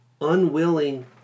unwilling